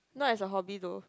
not as a hobby though